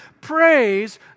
Praise